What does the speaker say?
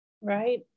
right